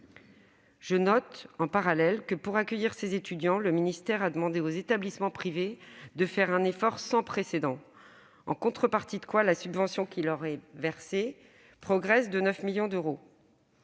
Je note en parallèle que, pour accueillir ces étudiants, le ministère a demandé aux établissements privés de faire un effort sans précédent, en contrepartie de quoi la subvention qui leur est versée progresse de 9 millions d'euros.